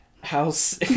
House